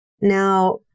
Now